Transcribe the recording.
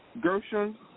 Gershon